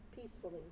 peacefully